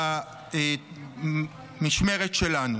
במשמרת שלנו.